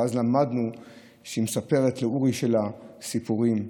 ואז למדנו שהיא מספרת לאורי שלה סיפורים,